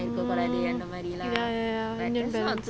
ah ya ya ya